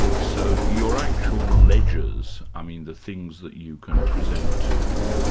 so, your actual ledgers, i mean the things that you can present to